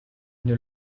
une